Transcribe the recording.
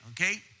Okay